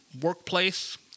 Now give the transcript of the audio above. workplace